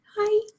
Hi